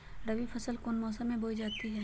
रबी फसल कौन मौसम में बोई जाती है?